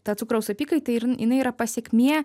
ta cukraus apykaita ir jinai yra pasekmė